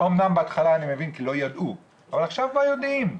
אני מבין שבהתחלה לא ידעו, אבל עכשיו כבר יודעים.